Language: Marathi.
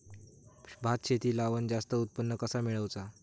भात शेती लावण जास्त उत्पन्न कसा मेळवचा?